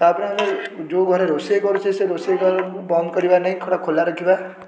ତା'ପରେ ଆମେ ଯେଉଁ ଘରେ ରୋଷେଇ କରୁଛେ ସେ ରୋଷେଇ ଘରକୁ ବନ୍ଦ କରିବା ନାହିଁ ଖୋ ଖୋଲା ରଖିବା